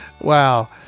Wow